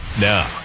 Now